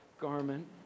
garment